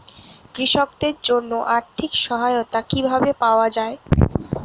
কৃষকদের জন্য আর্থিক সহায়তা কিভাবে পাওয়া য়ায়?